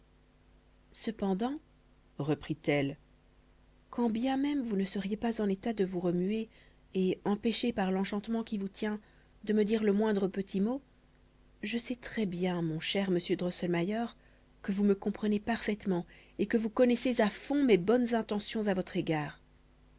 cependant reprit-elle quand bien même vous ne seriez pas en état de vous remuer et empêché par l'enchantement qui vous tient de me dire le moindre petit mot je sais très bien mon cher monsieur drosselmayer que vous me comprenez parfaitement et que vous connaissez à fond mes bonnes intentions à votre égard